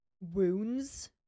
wounds